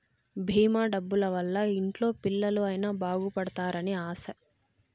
భీమా డబ్బుల వల్ల ఇంట్లో పిల్లలు అయిన బాగుపడుతారు అని ఆశ